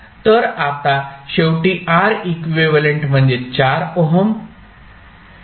तर आता शेवटी R इक्विव्हॅलेंट म्हणजे 4 ओहम 0